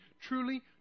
truly